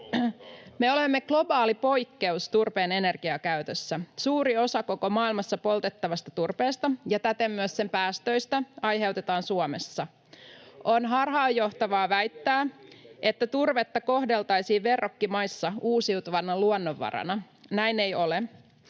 Me olemme globaali poikkeus turpeen energiakäytössä. Suuri osa koko maailmassa poltettavasta turpeesta ja täten myös sen päästöistä aiheutetaan Suomessa. On harhaanjohtavaa väittää, että turvetta kohdeltaisiin verrokkimaissa uusiutuvana luonnonvarana. Näin ei ole.